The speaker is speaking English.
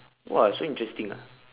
!wah! so interesting ah